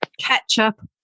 ketchup